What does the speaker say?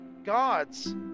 god's